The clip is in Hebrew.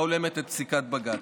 ההולמת את פסיקת בג"ץ.